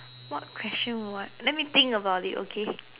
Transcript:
what question what let me think about it okay